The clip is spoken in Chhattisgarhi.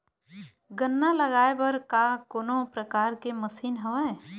गन्ना लगाये बर का कोनो प्रकार के मशीन हवय?